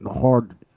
hard